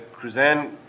Cruzan